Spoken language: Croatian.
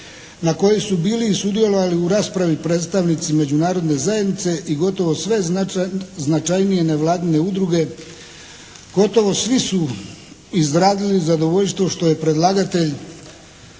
na kojoj su bili i sudjelovali u raspravi predstavnici međunarodne zajednice i gotovo sve značajnije nevladine udruge. Gotovo svi su izrazili zadovoljstvo što je predlagatelj